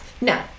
no